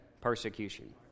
persecution